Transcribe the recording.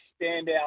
standout